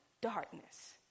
darkness